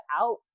out